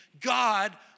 God